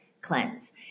cleanse